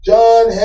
John